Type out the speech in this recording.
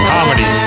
Comedy